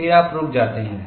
फिर आप रुक जाते हैं